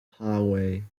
highway